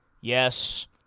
yes